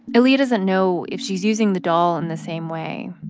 aaliyah doesn't know if she's using the doll in the same way.